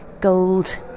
gold